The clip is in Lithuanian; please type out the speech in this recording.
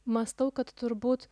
mąstau kad turbūt